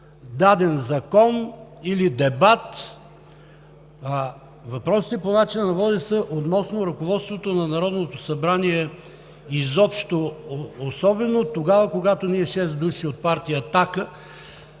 даден закон или дебат. Въпросите по начина на водене са относно ръководството на Народното събрание изобщо, особено тогава, когато ние – шест души от партия